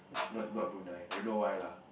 not not Brunei I don't know why lah